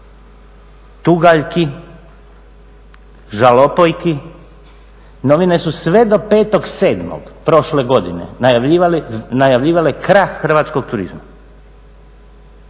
tugaljki, žalopojki. Novine su sve do 5.7. prošle godine najavljivale krah hrvatskog turizma.